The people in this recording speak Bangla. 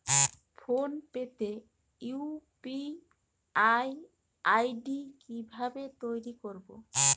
ফোন পে তে ইউ.পি.আই আই.ডি কি ভাবে তৈরি করবো?